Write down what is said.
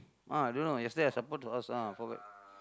ah I don't know yesterday I suppose to ask ah forgot